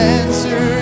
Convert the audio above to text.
answer